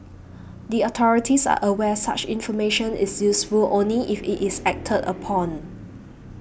the authorities are aware such information is useful only if it is acted upon